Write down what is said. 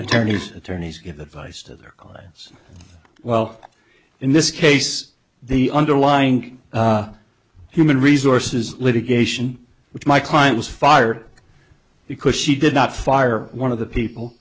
attorneys attorneys give advice to their clients well in this case the underlying human resources litigation which my client was fired because she did not fire one of the people